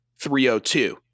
302